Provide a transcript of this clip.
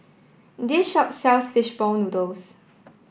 this shop sells fish ball noodles